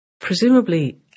presumably